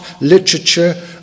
literature